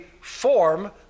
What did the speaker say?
form